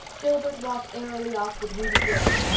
gilbert walked airily off with ruby gillis,